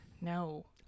No